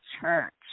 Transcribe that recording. church